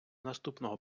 наступного